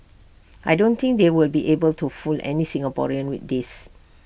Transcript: I don't think they will be able to fool any Singaporeans with this